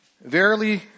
Verily